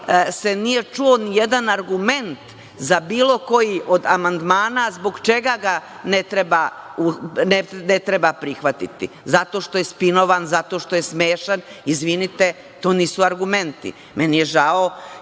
se čuo nijedan argument za bilo koji od amandmana zbog čega ga ne treba prihvatiti. Zato što je spinovan, zato što je smešan, izvinite, to nisu argumenti. Meni je žao,